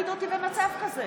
אל תעמידו אותי במצב כזה.